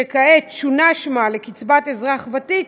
שכעת שונה שמה לקצבת אזרח ותיק,